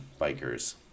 bikers